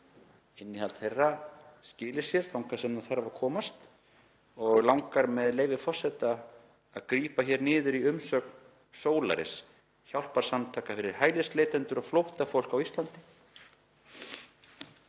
innihald þeirra skili sér þangað sem það þarf að komast. Mig langar, með leyfi forseta, að grípa hér niður í umsögn Solaris, hjálparsamtaka fyrir hælisleitendur og flóttafólk á Íslandi: